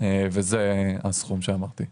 וזה הסכום שאמרתי.